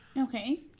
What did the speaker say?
Okay